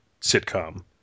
sitcom